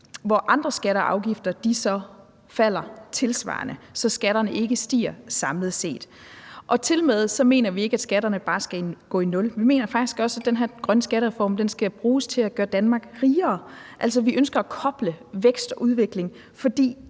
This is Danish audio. hvor andre skatter og afgifter så falder tilsvarende, så skatterne ikke stiger samlet set. Tilmed så mener vi ikke, at skatterne bare skal gå i nul. Vi mener faktisk også, at den her grønne skattereform skal bruges til at gøre Danmark rigere. Altså, vi ønsker at koble vækst og udvikling, fordi